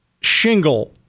shingle